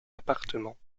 appartement